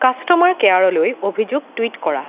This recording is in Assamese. কাষ্টমাৰ কেয়াৰলৈ অভিযোগ টুইট কৰা